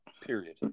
period